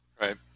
Right